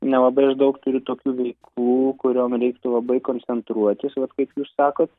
nelabai aš daug turiu tokių veiklų kuriom reiktų labai koncentruotis vat kaip jūs sakot